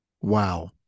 Wow